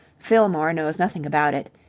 fillmore knows nothing about it.